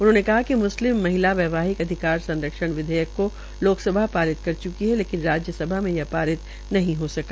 उन्होंने कहा कि मुस्लिम महिला वैवाहिक अधिकार संरक्षण विधेयक को लोकसभा पारित कर च्की है लेनिक राज्यसभा में यह पारित नहीं हो सका